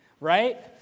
right